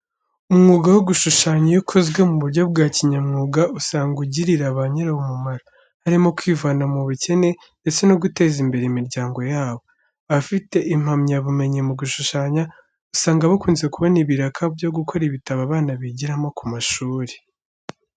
Umwuga wo gushushanya iyo ukozwe mu buryo bwa kinyamwuga usanga ugirira ba nyirawo umumaro, harimo kwivana mu bukene ndetse no guteza imbere imiryango yabo. Abafite impamyabumenyi mu gushushanya, usanga bakunze kubona ibiraka byo gukora ibitabo abana bigiramo ku mashuri.